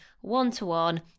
one-to-one